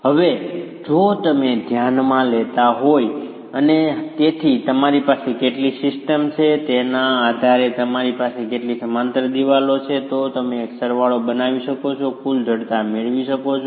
હવે જો તમે ધ્યાનમાં લેતા હોવ અને તેથી તમારી પાસે કેટલી સિસ્ટમ છે તેના આધારે તમારી પાસે કેટલી સમાંતર દિવાલો છે તો તમે એક સરવાળો બનાવી શકો છો અને કુલ જડતા મેળવી શકો છો